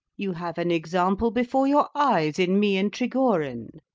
you have an example before your eyes, in me and trigorin.